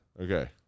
Okay